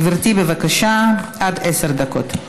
גברתי, בבקשה, עד עשר דקות.